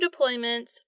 deployments